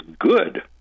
good